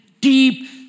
deep